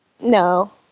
No